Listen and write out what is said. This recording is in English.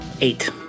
eight